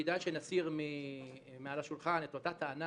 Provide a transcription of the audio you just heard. כדאי שנסיר מעל השולחן את אותה טענה